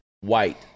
white